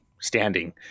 standing